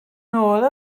nôl